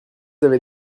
avez